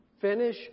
Finish